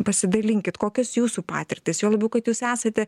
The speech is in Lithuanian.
pasidalinkit kokios jūsų patirtys juo labiau kad jūs esate